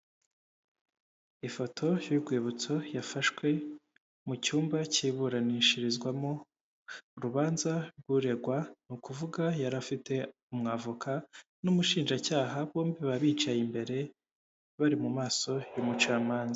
Ifoto y'urwibutso yafashwe mu cyumba k'iburanishirizwamo urubanza rw'uregwa, ni ukuvuga yari afite umwavoka n'umushinjacyaha bombi baba bicaye imbere bari mu maso y'umucamanza.